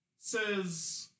says